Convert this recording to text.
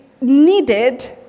needed